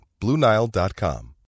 BlueNile.com